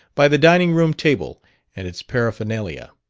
by the dining-room table and its paraphernalia.